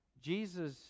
Jesus